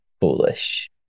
foolish